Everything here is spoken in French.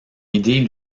idée